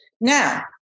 now